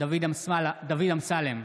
דוד אמסלם,